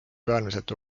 peamiselt